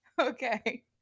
okay